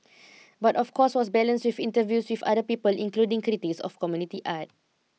but of course was balanced with interviews with other people including critics of community art